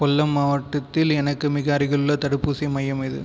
கொல்லம் மாவட்டத்தில் எனக்கு மிக அருகிலுள்ள தடுப்பூசி மையம் எது